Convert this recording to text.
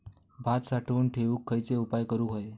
भात साठवून ठेवूक खयचे उपाय करूक व्हये?